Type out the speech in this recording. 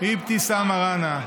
אבתיסאם מראענה.